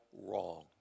wrong